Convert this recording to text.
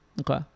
Okay